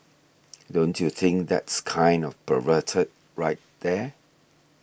don't you think that's kind of perverted right there